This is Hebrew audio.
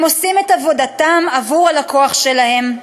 הם עושים את עבודתם בעבור הלקוח שלהם.